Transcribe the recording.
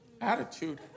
attitude